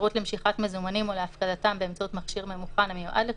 שירות למשיכת מזומנים או להפקדתם באמצעות מכשיר ממוכן המיועד לכך,